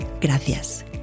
Gracias